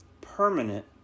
Permanent